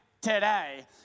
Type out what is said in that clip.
Today